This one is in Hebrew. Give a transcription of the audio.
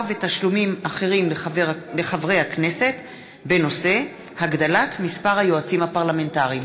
ותשלומים אחרים לחברי הכנסת בנושא: הגדלת מספר היועצים הפרלמנטריים.